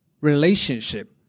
relationship